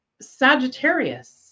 Sagittarius